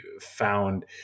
found